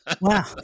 wow